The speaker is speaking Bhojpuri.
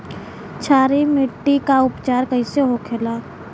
क्षारीय मिट्टी का उपचार कैसे होखे ला?